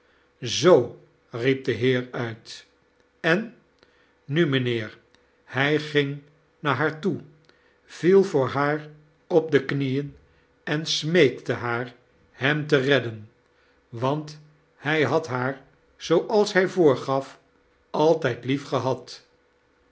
zoo riep de heer uit eaf nu mijnheer hij ging naar haar toe viel voor haar op de knieen en smeekte haar hem te redden want hij had haar zooals hij voorgaf altijd